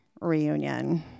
reunion